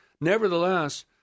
Nevertheless